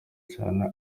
cyane